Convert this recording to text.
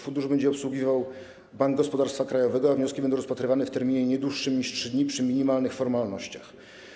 Fundusz będzie obsługiwał Bank Gospodarstwa Krajowego, a wnioski będą rozpatrywane w terminie nie dłuższym niż 3 dni przy minimalnych formalnościach.